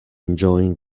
enjoying